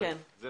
- זו